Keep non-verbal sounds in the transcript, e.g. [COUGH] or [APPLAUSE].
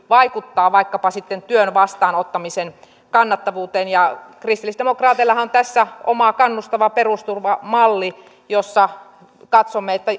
vaikuttaa vaikkapa sitten työn vastaanottamisen kannattavuuteen kristillisdemokraateillahan on tässä oma kannustava perusturvamallinsa jossa katsomme että [UNINTELLIGIBLE]